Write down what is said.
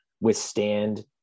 withstand